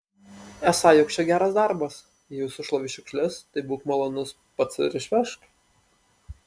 esą joks čia geras darbas jei jau sušlavei šiukšles tai būk malonus pats ir išvežk